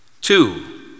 Two